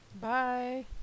Bye